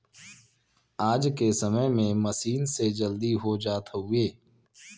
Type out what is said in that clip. आज के समय में मसीन से जल्दी हो जात हउवे